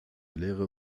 lehre